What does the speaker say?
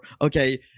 okay